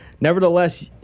nevertheless